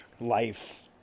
life